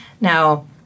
Now